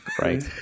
right